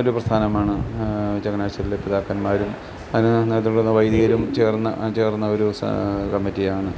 ഒരു പ്രസ്ഥാനമാണ് ചങ്ങനാശ്ശേരിയിലെ പിതാക്കന്മാരും അതിന് നേതൃത്വം വൈദികരും ചേർന്ന് ചേർന്ന ഒരു കമ്മറ്റിയാണ്